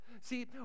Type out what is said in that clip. See